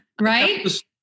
Right